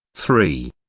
three.